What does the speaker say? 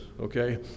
okay